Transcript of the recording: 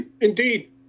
Indeed